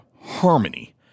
harmony